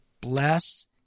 Bless